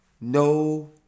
No